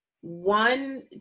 one